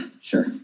sure